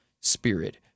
spirit